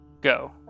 go